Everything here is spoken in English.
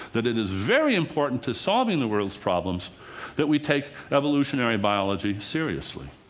that it is very important to solving the world's problems that we take evolutionary biology seriously.